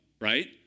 Right